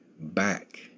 back